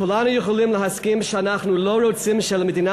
כולנו יכולים להסכים שאנחנו לא רוצים שלמדינה